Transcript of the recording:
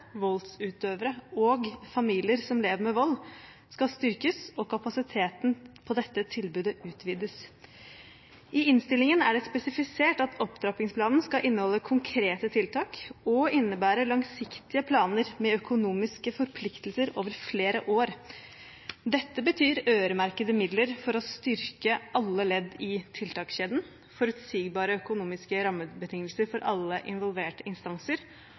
voldsutøvere og familier som lever med vold, skal styrkes og kapasiteten på dette tilbudet utvides. I innstillingen er det spesifisert at opptrappingsplanen skal inneholde konkrete tiltak og innebære langsiktige planer med økonomiske forpliktelser over flere år. Dette betyr øremerkede midler for å styrke alle ledd i tiltakskjeden, forutsigbare økonomiske rammebetingelser for alle involverte instanser